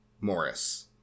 Morris